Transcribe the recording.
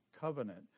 covenant